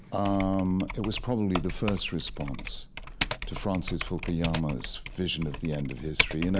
um it was probably the first response to francis fukuyama's vision of the end of history. you know,